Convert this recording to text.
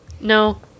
No